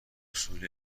حصول